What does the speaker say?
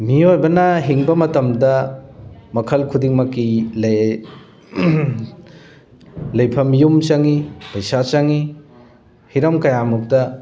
ꯃꯤꯑꯣꯏꯕꯅ ꯍꯤꯡꯕ ꯃꯇꯝꯗ ꯃꯈꯜ ꯈꯨꯗꯤꯡꯃꯛꯀꯤ ꯂꯩꯐꯝ ꯌꯨꯝ ꯆꯪꯉꯤ ꯄꯩꯁꯥ ꯆꯪꯉꯤ ꯍꯤꯔꯝ ꯀꯌꯥꯃꯨꯛꯇ